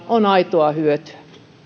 on aitoa hyötyä